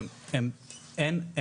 כפי שאמר גלעד,